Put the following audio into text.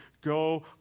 go